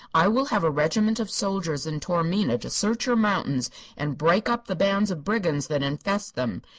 i will have a regiment of soldiers in taormina to search your mountains and break up the bands of brigands that infest them.